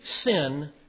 sin